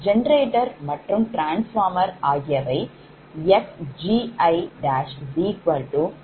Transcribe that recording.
generator மற்றும் transformer ஆகியவை xgi'0